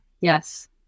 yes